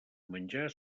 menjar